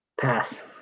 pass